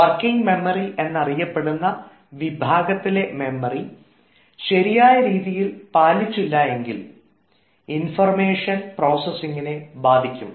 working memory എന്നറിയപ്പെടുന്ന വിഭാഗത്തിലെ memory ശരിയായ രീതിയിൽ പാലിച്ചില്ല എങ്കിൽ ഇൻഫർമേഷൻ പ്രോസസിങ്ങിനെ ബാധിക്കും